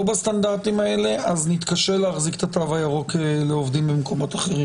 בסטנדרטים האלה אז נתקשה להחזיק את התו הירוק לעובדים במקומות אחרים.